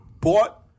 bought